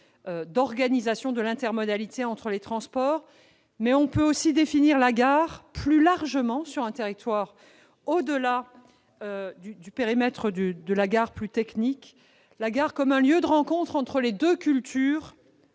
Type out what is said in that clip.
d'organisation de l'intermodalité entre les transports. On peut aussi définir la gare plus largement, en allant au-delà du périmètre technique de la gare, comme un lieu de rencontre entre les deux cultures